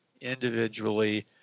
individually